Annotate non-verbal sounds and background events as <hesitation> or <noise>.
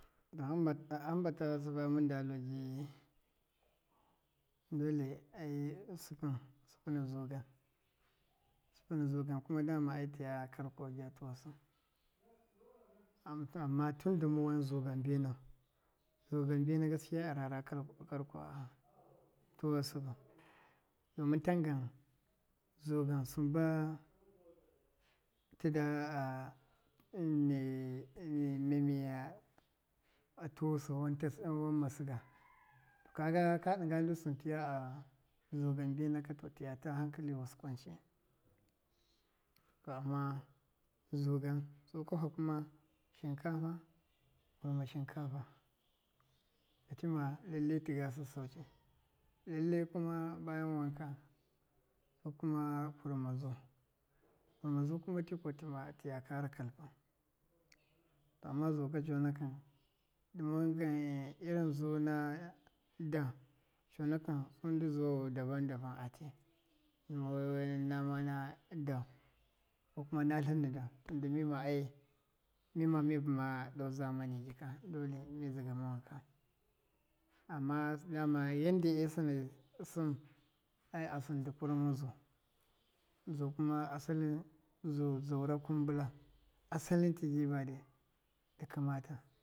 Hamba ha- hamba ta sɨba minda lu ji dole ai sɨpɨn- sɨpina zugan sɨpɨma zugan dama kuma tiya karko ja tuwa sɨn ama tɨndɨma wan zugan mbinau zugan mbina gaskiya a rara karko a tuwa sɨbɨ, domɨn tangan zugan ba tɨda a <hesitation> <unintelligible> e memiya a tuwusi wanta wamma sɨga <noise> to kaga ka ɗɨnga ndu sɨn taya a sugan mbina ka to tiya ta hanka lɨwasɨ a kwance, to ama, zugan su kwafa kuma shɨnkafa, kurɨ ma shɨnkafa tima lalle ti ga sassauci, lalle kuma ba yan wanka sukuma kurɨma zu, kurɨma zu kuma tima tiya kara kalpɨ to ama zuka conakɨn dɨma wai gai- irin zu na dau conakɨn su ndɨ zuwawo dabam dabam a ti, dɨma wai nama na dau, kokuma natlɨn na dau tɨnda mima ai mima mi bɨma ɗe zamani jika ɗottin mi dzɨgama wanka ama dama yanda e sɨnau sɨn ai asɨn ndɨ kurɨma zu zu kuma asalɨn zu zaura kumbɨla asalɨ tɨji badɨ kamata